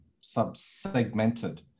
sub-segmented